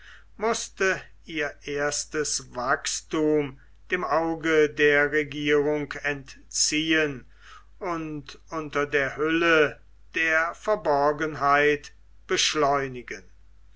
mußte ihr erstes wachsthum dem auge der regierung entziehen und unter der hülle der verborgenheit beschleunigen